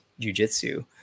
jujitsu